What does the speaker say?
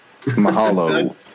Mahalo